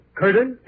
curtain